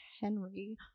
Henry